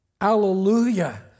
hallelujah